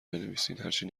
بنویسین، هرچی